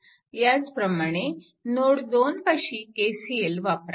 ह्याचप्रमाणे नोड 2 पाशी KCL वापरा